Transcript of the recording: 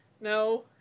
No